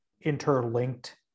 interlinked